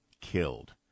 killed